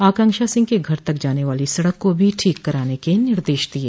आकांक्षा सिंह के घर तक जाने वाली सड़क को भी ठीक कराने के निर्देश दिये